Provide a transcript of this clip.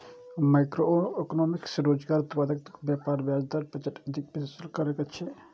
macroeconomics रोजगार, उत्पादकता, व्यापार, ब्याज दर, बजट आदिक विश्लेषण करै छै